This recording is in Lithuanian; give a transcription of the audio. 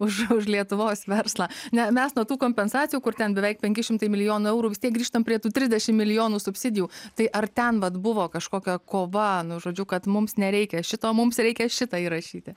už už lietuvos verslą ne mes nuo tų kompensacijų kur ten beveik penki šimtai milijonų eurų vis tiek grįžtam prie tų trisdešim milijonų subsidijų tai ar ten vat buvo kažkokia kova nu žodžiu kad mums nereikia šito mums reikia šitą įrašyti